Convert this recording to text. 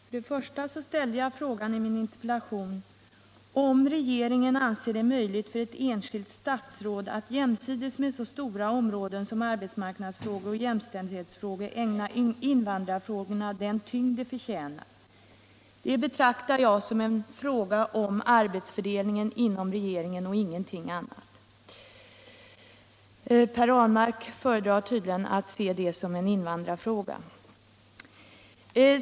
Herr talman! Jag ställde i min interpellation frågan, om regeringen anser det möjligt för ett enskilt statsråd att jämsides med så stora områden som arbetsmarknadsfrågor och jämställdhetsfrågor ägna invandrarfrågorna den tyngd de förtjänade. Det betraktar jag som en fråga om arbetsfördelningen inom regeringen och ingenting annat, men Per Ahlmark föredrar tydligen att se den som en invandrarfråga.